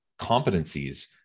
competencies